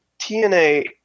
TNA